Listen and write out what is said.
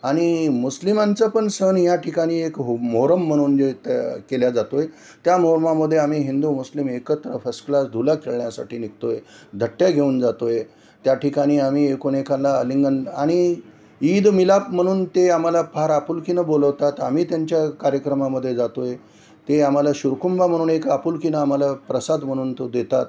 आणि मुस्लिमांचं पण सण या ठिकाणी एक हो मोहरम म्हणून जे त्या केला जातो आहे त्या मोहरमामध्ये आम्ही हिंदू मुस्लिम एकत्र फर्स्ट क्लास धुला खेळण्यासाठी निघतो आहे धट्ट्या घेऊन जातो आहे त्या ठिकाणी आम्ही एकोणएकांला अलिंगन आणि ईद मिलाप म्हणून ते आम्हाला फार आपुलकीनं बोलवतात आम्ही त्यांच्या कार्यक्रमामध्ये जातो आहे ते आम्हाला शुरकुंबा म्हणून एक आपुलकीनं आम्हाला प्रसाद म्हणून तो देतात